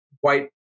white